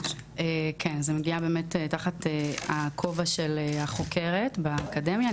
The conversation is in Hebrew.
כן, זה מגיע באמת תחת הכובע של החוקרת באקדמיה.